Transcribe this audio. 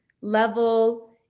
level